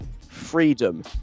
freedom